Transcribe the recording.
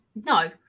no